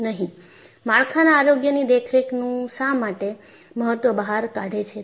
તે માળખાના આરોગ્યની દેખરેખનું શા માટે મહત્વ બહાર કાઢે છે